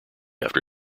after